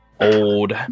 Old